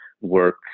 work